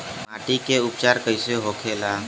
माटी के उपचार कैसे होखे ला?